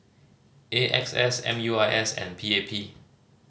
A X S M U I S and P A P